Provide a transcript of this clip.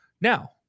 Now